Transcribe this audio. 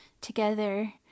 together